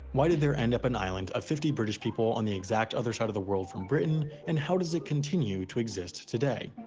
why did there end up an island of fifty british people on the exact other side of the world from britain and how does it continue to exist today?